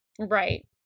Right